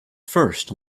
first